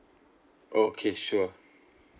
okay sure